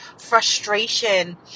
frustration